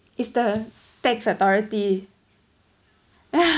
it's the tax authority